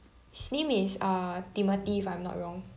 his name is uh timothy if I'm not wrong